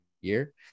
year